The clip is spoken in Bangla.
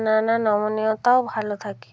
নানা নমনীয়তাও ভালো থাকে